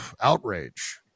outrage